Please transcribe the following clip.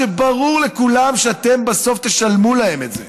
כשברור לכולם שאתם בסוף תשלמו להן את זה?